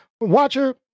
Watcher